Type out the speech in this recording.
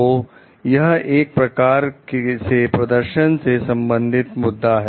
तो यह एक प्रकार से प्रदर्शन से संबंधित मुद्दा है